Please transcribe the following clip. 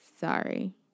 sorry